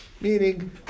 Meaning